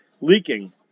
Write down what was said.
leaking